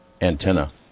antenna